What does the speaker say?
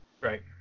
Right